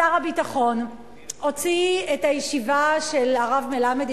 שר הביטחון הוציא את הישיבה של הרב מלמד,